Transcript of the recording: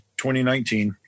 2019